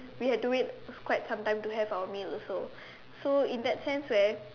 we had to wait quite some time to have our meal also so in that sense where